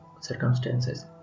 circumstances